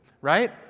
right